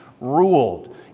ruled